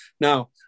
Now